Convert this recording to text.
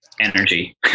energy